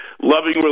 loving